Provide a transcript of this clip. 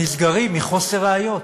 שנסגרים מחוסר ראיות,